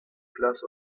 glass